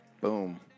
Boom